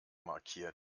markiert